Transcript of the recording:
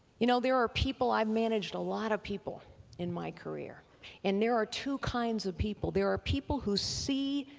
you know there are people, i've managed a lot of people in my career and there are two kinds of people there are people who see,